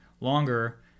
longer